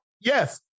Yes